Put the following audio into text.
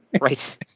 Right